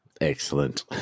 Excellent